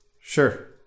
Sure